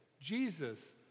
Jesus